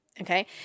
okay